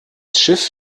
schiff